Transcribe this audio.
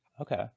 okay